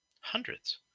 Hundreds